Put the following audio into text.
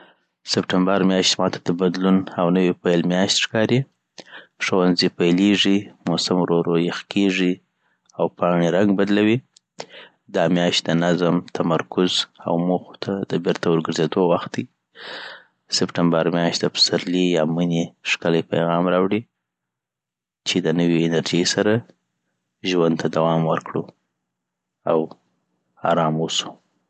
د سپتمبر میاشت ماته د بدلون او نوي پیل میاشت ښکاري ښوونځي پیلېږي، موسم ورو ورو یخ کېږي، او پاڼې رنګ بدلوي دا میاشت د نظم، تمرکز او موخو ته د بېرته ورګرځېدو وخت دی سپتمبر میاشت د پسرلي یا منی ښکلی پیغام راوړي .چې له نوې انرژۍ سره ژوند ته دوام ورکړو او ارام اوسو